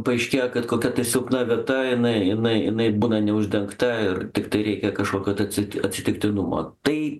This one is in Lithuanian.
paaiškėja kad kokia ta silpna vieta jinai jinai jinai būna neuždengta ir tiktai reikia kažkokio tatsi atsitiktinumo tai